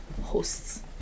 hosts